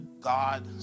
God